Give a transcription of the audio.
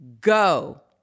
go